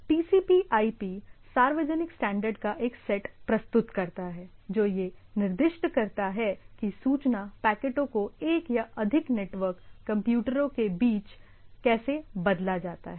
TCPIP सार्वजनिक standard का एक सेट प्रस्तुत करता है जो यह निर्दिष्ट करता है कि सूचना पैकेटों को एक या अधिक नेटवर्क कंप्यूटरों के बीच कैसे बदला जाता है